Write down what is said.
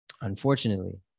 unfortunately